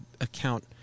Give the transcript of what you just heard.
account